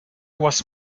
was